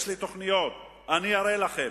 יש לי תוכניות, אני אראה לכם.